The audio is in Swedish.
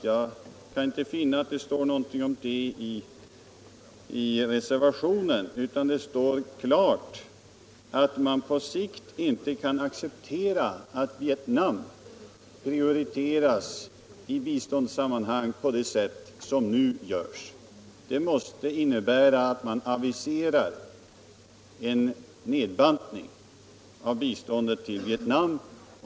Jag kan inte finna att det står någonting om det i reservationen, utan där står det klart att man på sikt inte kan acceptera att Vietnam prioriteras i biståndssammanhang på det sätt som nu sker. Det måste innebära att man aviserar en nedbantning av biståndet till Vietnam.